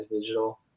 digital